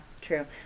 true